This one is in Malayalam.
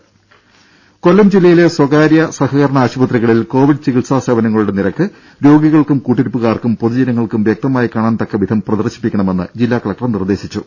ദര കൊല്ലം ജില്ലയിലെ സ്വകാര്യ സഹകരണ ആശുപത്രികളിൽ കോവിഡ് ചികിത്സാ സേവനങ്ങളുടെ നിരക്ക് രോഗികൾക്കും കൂട്ടിരിപ്പുകാർക്കും പൊതുജനങ്ങൾക്കും കാണാൻതക്ക വ്യക്തമായി വിധം പ്രദർശിപ്പിക്കണമെന്ന് ജില്ലാ കലക്ടർ നിർദേശിച്ചു